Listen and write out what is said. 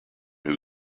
who